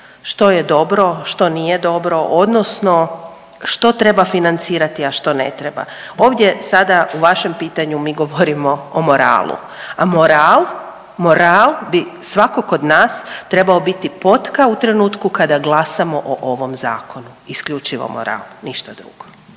što je dobro, što nije dobro, odnosno što treba financirati a što ne treba. Ovdje sada u vašem pitanju mi govorimo o moralu, a moral, moral bi svakako kod nas trebao biti potka u trenutku kada glasamo o ovom zakonu, isključivo moral ništa drugo.